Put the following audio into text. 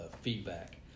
feedback